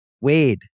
Wade